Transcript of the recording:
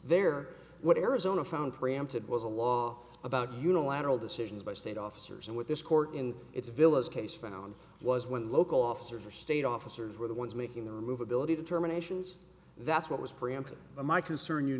there what arizona found preempted was a law about unilateral decisions by state officers and what this court in its villa's case found was when local officers were state officers were the ones making the move ability to terminations that's what was preempted my concern you